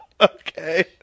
Okay